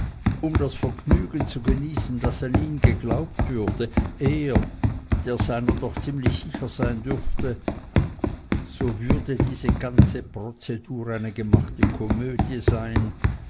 um das vergnügen zu genießen daß an ihn geglaubt würde er der seiner doch ziemlich sicher sein dürfte so würde diese ganze prozedur eine gemachte komödie sein